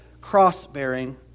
cross-bearing